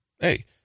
hey